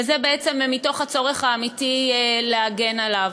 וזה מתוך הצורך האמיתי להגן עליהם.